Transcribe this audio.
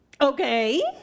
Okay